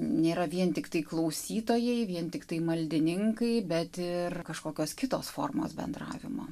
nėra vien tiktai klausytojai vien tiktai maldininkai bet ir kažkokios kitos formos bendravimo